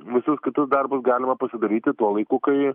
visus kitus darbus galima pasidaryti tuo laiku kai